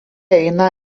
eina